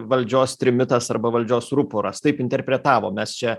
valdžios trimitas arba valdžios ruporas taip interpretavo mes čia